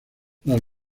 las